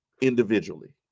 individually